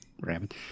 Rabbit